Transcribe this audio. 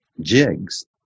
jigs